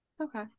Okay